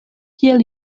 kiel